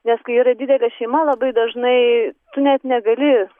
nes kai yra didelė šeima labai dažnai tu net negali